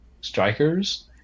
strikers